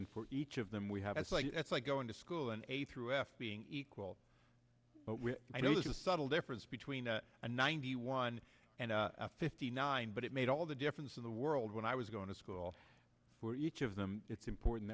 and for each of them we have it's like it's like going to school in a through f being equal but i notice a subtle difference between a ninety one and a fifty nine but it made all the difference in the world when i was going to school for each of them it's important